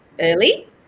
early